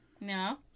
No